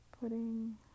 putting